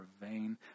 vain